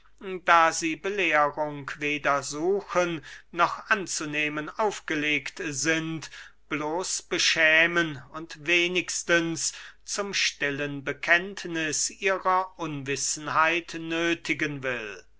da sie belehrung weder suchen noch anzunehmen aufgelegt sind bloß beschämen und wenigstens zum stillen bekenntniß ihrer unwissenheit nöthigen will